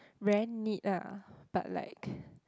very neat ah but like